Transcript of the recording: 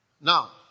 Now